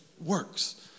works